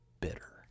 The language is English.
bitter